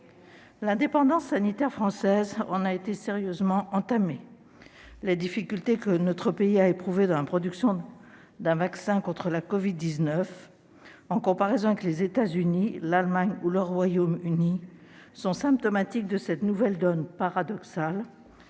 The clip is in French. L'indépendance sanitaire française en a été sérieusement entamée. Les difficultés que notre pays a éprouvées dans la production d'un vaccin contre la covid-19, en comparaison avec les États-Unis, l'Allemagne ou le Royaume-Uni, sont symptomatiques de cette nouvelle donne paradoxale,